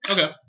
Okay